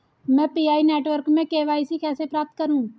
मैं Pi network में KYC कैसे प्राप्त करूँ?